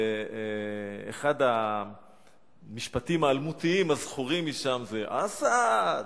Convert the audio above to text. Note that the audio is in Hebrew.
אחד המשפטים האלמותיים הזכורים משם הוא: "אסד,